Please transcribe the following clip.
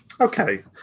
Okay